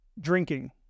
Drinking